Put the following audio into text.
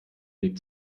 weg